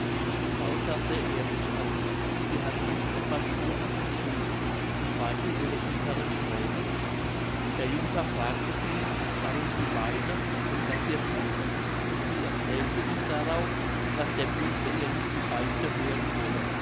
die frau sah sehr ärmlich aus sie hatte nicht einmal schuhe an den füßen und weinte ihre bitteren thränen der junker fragte sie warum sie weine und was ihr fehle und sie erzählte ihm darauf daß der priester ihr nicht die beichte hören wolle